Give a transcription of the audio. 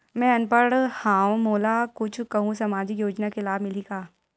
मैं अनपढ़ हाव मोला कुछ कहूं सामाजिक योजना के लाभ मिलही का?